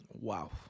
wow